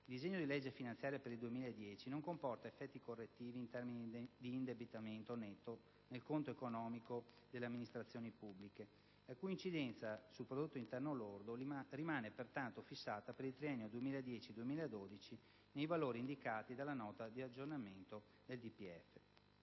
il disegno di legge finanziaria per il 2010 non comporta effetti correttivi in termini di indebitamento netto del conto economico delle amministrazioni pubbliche, la cui incidenza sul PIL rimane pertanto fissata per il triennio 2010-2012 nei valori indicati dalla Nota di aggiornamento al DPEF.